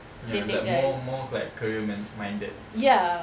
ya like more more like career men~ minded